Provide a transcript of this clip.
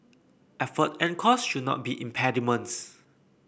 effort and cost should not be impediments